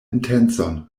intencon